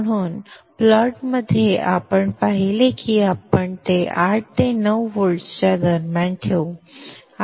म्हणूनच प्लॉटमध्ये आपण पाहिले की आपण 8 ते 9 व्होल्ट्सच्या दरम्यान येऊ